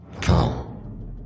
Come